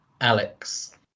Alex